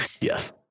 yes